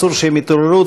אסור שהם יתעוררו.